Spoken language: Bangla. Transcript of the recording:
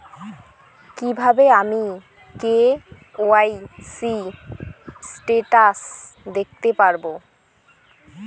কিভাবে আমি কে.ওয়াই.সি স্টেটাস দেখতে পারবো?